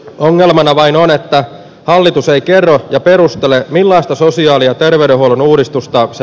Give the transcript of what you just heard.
ongelmana vain on että valitusoikeuden ja perustelee millaista sosiaali ja terveydenhuollon uudistus taakse